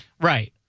right